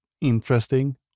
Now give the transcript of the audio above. interesting